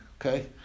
Okay